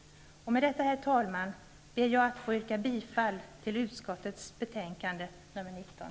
Men detta, herr talman, ber jag att få yrka bifall till utskottets hemställan i betänkande nr 19.